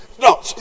No